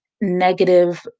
negative